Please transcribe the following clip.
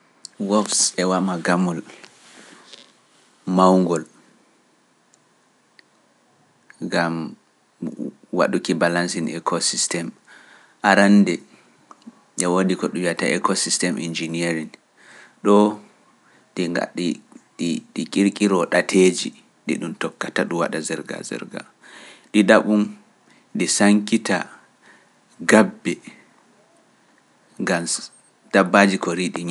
Wofs e waama gamol mawngol. Gam waɗuki balansini ekosistemi arannde e woodi ko ɗum yiyata ekosistemi ingineeri ndi. ɗi gaɗi ɗi kirkiro ɗateeji ɗi ɗum tokkata ɗi ɗaɓɓum. ɗidabun kanjun woni di sankita gabbe gam dabbaji koriɗi ñaamde.